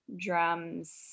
drums